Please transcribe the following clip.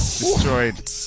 destroyed